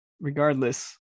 regardless